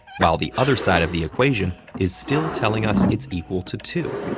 while the other side of the equation is still telling us it's equal to two.